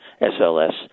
SLS